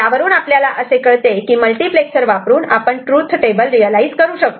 यावरून आपल्याला असे कळते की मल्टिप्लेक्सर वापरून आपण ट्रूथ टेबल रियलायझ करू शकतो